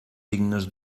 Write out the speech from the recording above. dignes